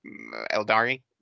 Eldari